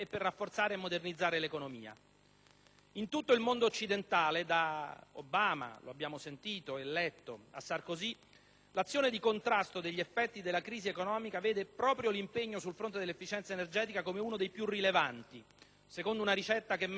In tutto il mondo occidentale, da Obama - lo abbiamo sentito e letto - a Sarkozy, l'azione di contrasto degli effetti della crisi economica vede proprio l'impegno sul fronte dell'efficienza energetica come uno dei più rilevanti, secondo una ricetta che mescola Keynes con la sostenibilità.